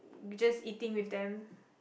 just eating with them